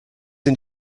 and